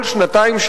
כל שנתיים,